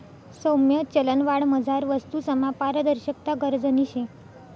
सौम्य चलनवाढमझार वस्तूसमा पारदर्शकता गरजनी शे